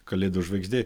kalėdų žvaigždė